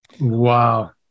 Wow